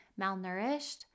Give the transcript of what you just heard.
malnourished